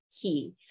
key